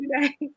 today